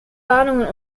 warnungen